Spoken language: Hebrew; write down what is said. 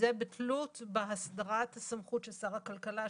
זה בתלות בהסדרת הסמכות של שר הכלכלה,